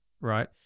right